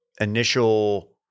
initial